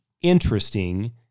interesting